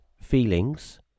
feelings